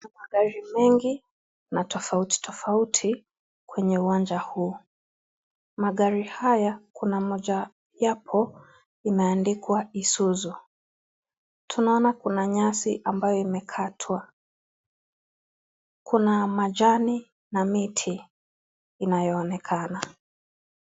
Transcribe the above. Kuna magari mengi na tofautitofauti kwenye uwanja huu magari haya kuna mojayapo imeandikwa izuzu tunaona kuna nyasi ambayo imekatwa kuna majani na miti inayoonekana.